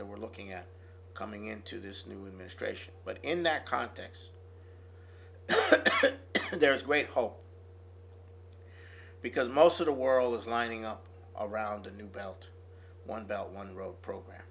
that we're looking at coming into this new administration but in that context and there is great hope because most of the world is lining up around a new belt one belt one road program